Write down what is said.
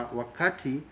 wakati